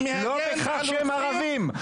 לא בהכרח שהם ערבים,